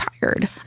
tired